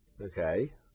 okay